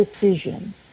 decision